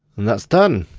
and that's done.